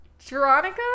Veronica